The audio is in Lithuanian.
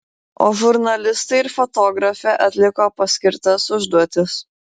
o žurnalistai ir fotografė atliko paskirtas užduotis